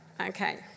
Okay